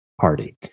party